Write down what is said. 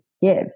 give